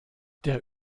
der